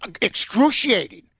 excruciating